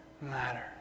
matter